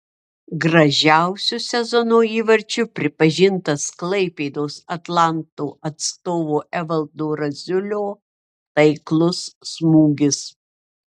gražiausiu sezono įvarčiu pripažintas klaipėdos atlanto atstovo evaldo raziulio taiklus smūgis